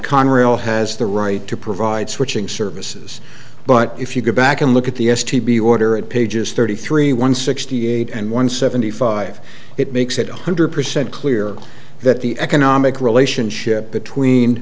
conrail has the right to provide switching services but if you go back and look at the s t b order at pages thirty three one sixty eight and one seventy five it makes it one hundred percent clear that the economic relationship between